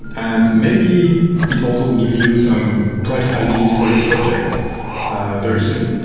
and maybe it also give you some bright ideas for your project very soon.